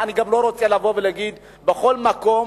אני גם לא רוצה לבוא ולהגיד שבכל מקום,